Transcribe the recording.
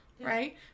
right